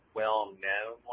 well-known